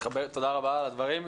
תודה רבה על הדברים.